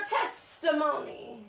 testimony